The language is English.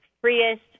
freest